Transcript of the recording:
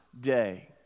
day